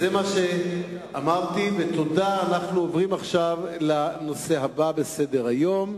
אנחנו עוברים עכשיו לנושא הבא בסדר-היום,